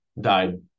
died